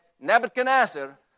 Nebuchadnezzar